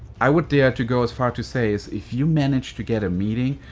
i would dare to go as far to say as if you managed to get a meeting,